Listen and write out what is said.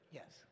yes